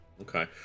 okay